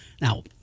Now